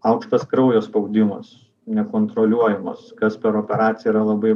aukštas kraujo spaudimas nekontroliuojamas kas per operaciją yra labai